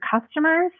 customers